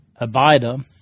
Abida